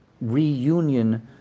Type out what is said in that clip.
Reunion